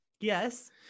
Yes